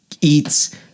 eats